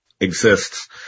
exists